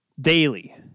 daily